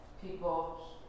people